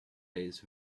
days